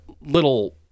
little